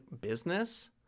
business